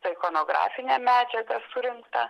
tą ikonografinę medžiagą surinktą